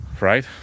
right